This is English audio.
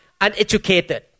uneducated